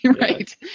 right